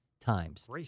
times